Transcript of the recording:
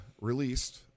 released